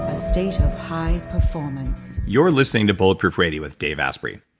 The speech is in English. ah state of high performance you're listening to bulletproof radio with dave asprey.